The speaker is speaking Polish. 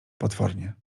potwornie